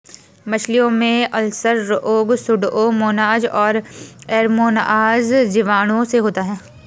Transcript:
मछलियों में अल्सर रोग सुडोमोनाज और एरोमोनाज जीवाणुओं से होता है